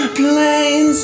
planes